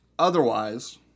Otherwise